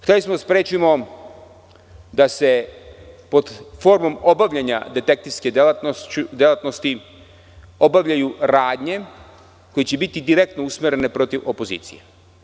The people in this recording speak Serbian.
Hteli smo da sprečimo da se pod formom obavljanja detektivske delatnosti obavljaju radnje koje će biti direktno usmerene protiv opozicije.